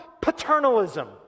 paternalism